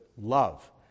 love